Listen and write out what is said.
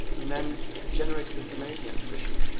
and then the generated this amazing exhibition